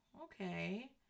okay